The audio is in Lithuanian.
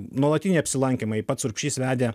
nuolatiniai apsilankymai pats urbšys vedė